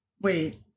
Wait